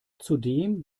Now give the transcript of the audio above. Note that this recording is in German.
zudem